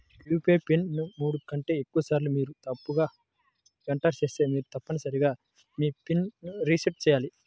UPI pin ను మూడు కంటే ఎక్కువసార్లు మీరు తప్పుగా ఎంటర్ చేస్తే మీరు తప్పనిసరిగా మీ పిన్ ను రీసెట్ చేయాలి